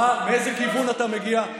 מאיזה כיוון אתה מגיע.